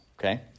okay